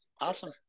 awesome